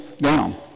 down